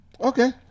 Okay